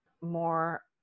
more